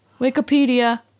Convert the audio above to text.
Wikipedia